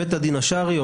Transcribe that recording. השרעי,